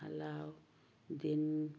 Alauddin